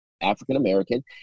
African-American